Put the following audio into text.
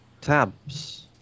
Tabs